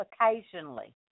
Occasionally